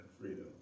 freedom